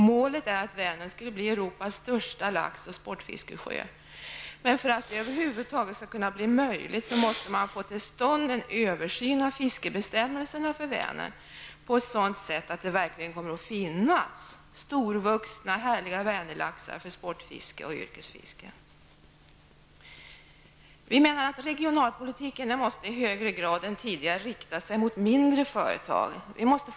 Målet är att Vänern skall bli Europas största lax och sportfiskesjö. För att detta över huvud taget skall vara möjligt gäller det att få till stånd en översyn av fiskebestämmelserna för Vänern på ett sådant sätt att det verkligen kommer att finnas storvuxna och härliga Regionalpolitiken måste i högre grad än tidigare rikta sig mot mindre företag.